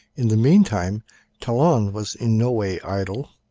in the meantime talon was in no way idle.